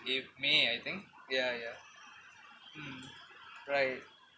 in may I think ya ya mm right